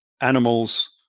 animals